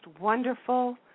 wonderful